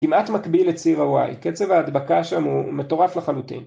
כמעט מקביל לציר הוואי, קצב ההדבקה שם הוא מטורף לחלוטין